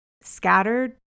scattered